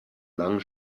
langen